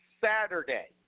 Saturday